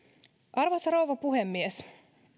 arvoisa rouva puhemies